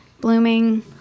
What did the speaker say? blooming